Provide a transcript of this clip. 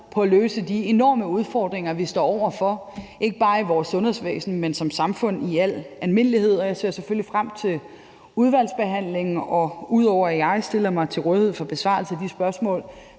på at løse de enorme udfordringer, vi står over for, ikke bare i vores sundhedsvæsen, men også som samfund i al almindelighed, og jeg ser selvfølgelig frem til udvalgsbehandlingen. Og ud over at jeg stiller mig til rådighed for besvarelse af de spørgsmål,